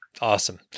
Awesome